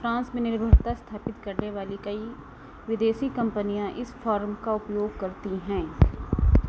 France में निर्भरता स्थापित करने वाली कई विदेशी कम्पनियाँ इस फॉर्म का उपयोग करती हैं